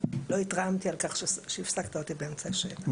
לא התרעמתי על כך שהפסקת אותי באמצע השאלה.